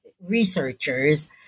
researchers